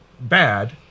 bad